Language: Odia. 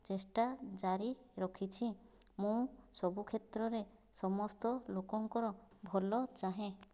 ଚେଷ୍ଟା ଜାରି ରଖିଛି ମୁଁ ସବୁ କ୍ଷେତ୍ରରେ ସମସ୍ତ ଲୋକଙ୍କର ଭଲ ଚାହେଁ